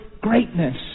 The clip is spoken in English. greatness